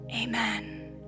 Amen